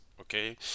okay